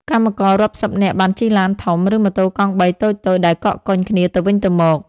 កម្មកររាប់សិបនាក់បានជិះឡានធំ ឬម៉ូតូកង់បីតូចៗដែលកកកុញគ្នាទៅវិញទៅមក។